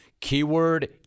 Keyword